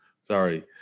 Sorry